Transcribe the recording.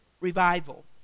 revival